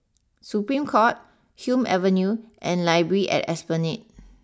Supreme court Hume Avenue and library at Esplanade